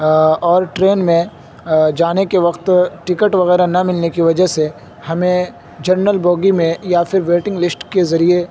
اور ٹرین میں جانے کے وقت ٹکٹ وغیرہ نہ ملنے کی وجہ سے ہمیں جنرل بوگی میں یا پھر ویٹنگ لسٹ کے ذریعے